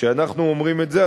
כשאנחנו אומרים את זה,